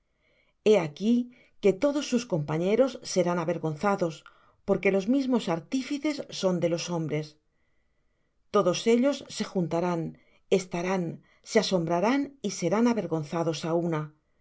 he aquí que todos sus compañeros serán avergonzados porque los mismos artífices son de los hombres todos ellos se juntarán estarán se asombrarán y serán avergonzados á una